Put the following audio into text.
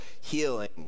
healing